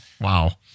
Wow